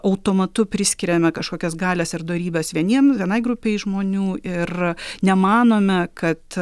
automatu priskiriame kažkokias galias ir dorybes vieniem vienai grupei žmonių ir nemanome kad